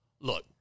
look